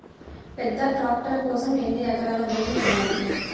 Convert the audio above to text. పెద్ద ట్రాక్టర్ కోసం ఎన్ని ఎకరాల భూమి ఉండాలి?